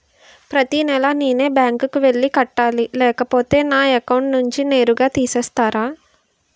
ప్రతి నెల నేనే బ్యాంక్ కి వెళ్లి కట్టాలి లేకపోతే నా అకౌంట్ నుంచి నేరుగా తీసేస్తర?